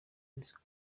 n’isuku